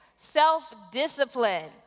Self-discipline